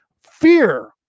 fear